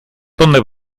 donde